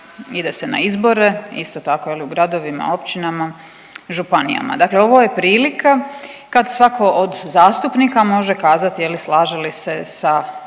ide se na izbore isto tako u gradovima, općinama, županijama. Dakle, ovo je prilika kad svako od zastupnika može kazati je li slaže li se ovom